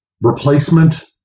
replacement